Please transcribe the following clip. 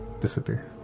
disappear